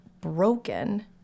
broken